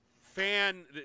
fan